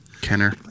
Kenner